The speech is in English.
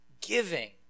giving